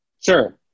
sure